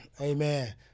Amen